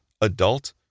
adult